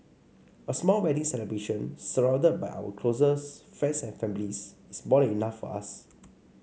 a small wedding celebration surrounded by our closest friends and families is more enough for us